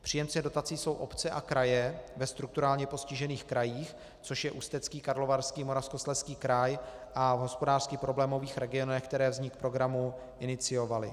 Příjemce dotací jsou obce a kraje ve strukturálně postižených krajích, což je Ústecký, Karlovarský a Moravskoslezský kraj, a v hospodářsky problémových regionech, které vznik programu iniciovaly.